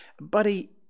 Buddy